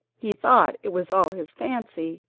he thought it was all his fancy,